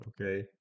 Okay